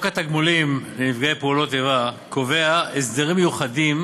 התגמולים לנפגעי פעולות איבה קובע הסדרים מיוחדים